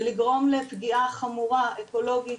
ולגרום לפגיעה חמורה אקולוגית,